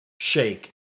shake